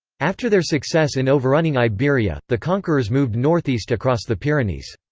after their success in overrunning iberia, the conquerors moved northeast across the pyrenees.